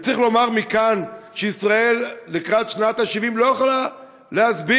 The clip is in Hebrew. צריך לומר מכאן שישראל לקראת שנת ה-70 לא יכולה להסביר,